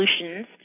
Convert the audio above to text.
solutions